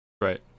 Right